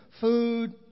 Food